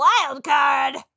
wildcard